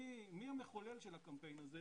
מי המחולל של הקמפיין הזה,